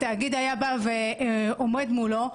התאגיד היה בא ועומד מולו,